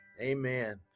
Amen